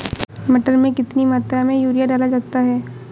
मटर में कितनी मात्रा में यूरिया डाला जाता है?